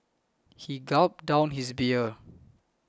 he gulped down his beer